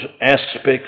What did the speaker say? aspects